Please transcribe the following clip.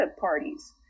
parties